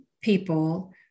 people